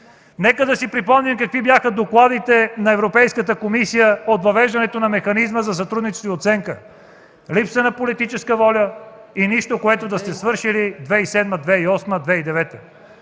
Нека да си припомним какви бяха докладите на Европейската комисия от въвеждането на механизма за сътрудничество и оценка – липса на политическа воля и нищо, което да сте свършили през 2007, 2008